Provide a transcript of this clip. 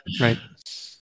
right